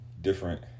different